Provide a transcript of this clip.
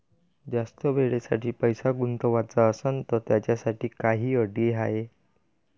जास्त वेळेसाठी पैसा गुंतवाचा असनं त त्याच्यासाठी काही अटी हाय?